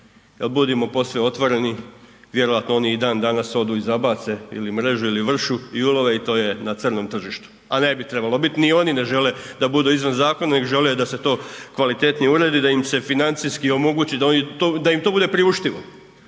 jer budimo posve otvoreni, vjerojatno oni i dan danas odu i zabace ili mrežu ili vršu i ulove i to je na crnom tržištu, a ne bi trebalo biti, ni oni ne žele da budu izvan zakona nego žele da se to kvalitetnije uredi, da im se financijski omogući da oni to, da im to bude priuštivo.